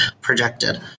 projected